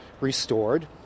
restored